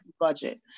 budget